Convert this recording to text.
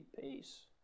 peace